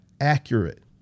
accurate